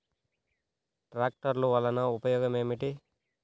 ట్రాక్టర్లు వల్లన ఉపయోగం ఏమిటీ?